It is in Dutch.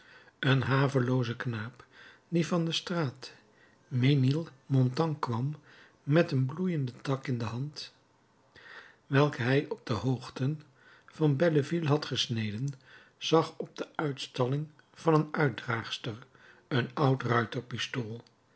een havelooze knaap die van de straat menilmontant kwam met een bloeienden tak in de hand welken hij op de hoogten van belleville had gesneden zag op de uitstalling van een uitdraagster een oud ruiterspistool